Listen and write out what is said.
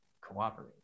cooperate